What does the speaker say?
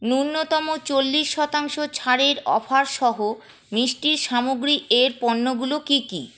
ন্যূনতম চল্লিশ শতাংশ ছাড়ের অফারসহ মিষ্টির সামগ্রীর পণ্যগুলো কী কী